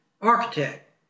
architect